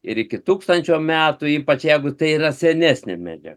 ir iki tūkstančio metų ypač jeigu tai yra senesnė medžiaga